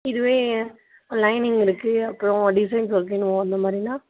இதுவே லைனிங் இருக்கு அப்புறம் டிசைன்ஸ் இருக்கு இன்னும் ஓ அந்தமாதிரின்னா